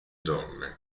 donne